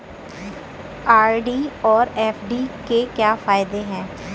RD और FD के क्या फायदे हैं?